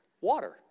water